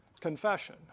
confession